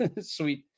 sweet